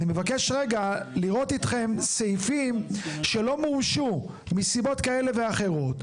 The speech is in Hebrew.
אני מבקש רגע לראות אתכם סעיפים שלא מומשו מסיבות כאלה ואחרות.